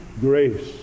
Grace